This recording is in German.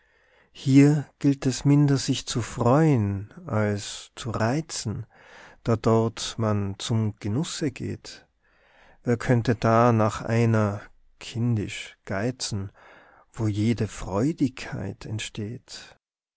hier gilt es minder sich zu freuen als zu reizen da dort man zum genusse geht wer könnte da nach einer kindisch geizen wo jede freudigkeit entsteht